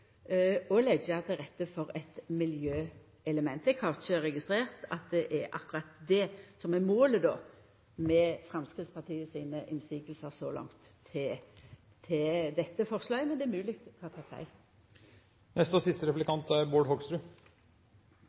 til rette for eit miljøelement. Eg har ikkje registrert at det er akkurat det som er målet med Framstegspartiet sine innseiingar til dette forslaget så langt, men det er